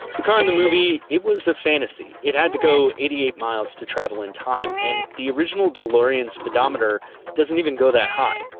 the car in the movie? it was a fantasy. it had to go eighty eight miles to travel in time, and the original delorean speedometer doesn't go that high.